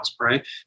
right